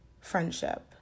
friendship